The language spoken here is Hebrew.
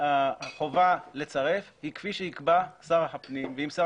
החובה לצרף היא כפי שיקבע שר הפנים ואם שר